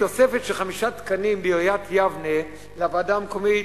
מתוספת של חמישה תקנים בעיריית יבנה לוועדה המקומית,